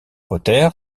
potter